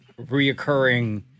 reoccurring